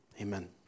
Amen